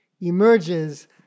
emerges